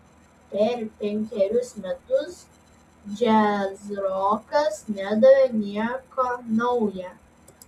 per penkerius metus džiazrokas nedavė nieko nauja